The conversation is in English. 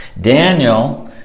Daniel